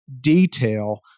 detail